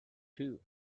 two